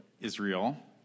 Israel